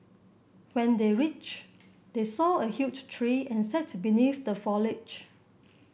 when they reached they saw a huge tree and sat beneath the foliage